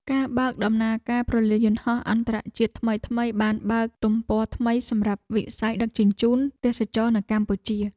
ការបើកដំណើរការព្រលានយន្តហោះអន្តរជាតិថ្មីៗបានបើកទំព័រថ្មីសម្រាប់វិស័យដឹកជញ្ជូនទេសចរណ៍នៅកម្ពុជា។